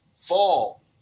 Fall